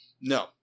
No